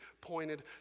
pointed